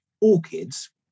orchids